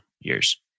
years